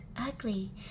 ugly